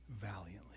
valiantly